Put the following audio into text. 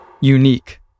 Unique